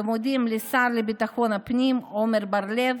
ומודים לשר לביטחון הפנים עמר בר לב,